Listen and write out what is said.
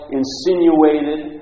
insinuated